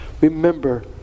Remember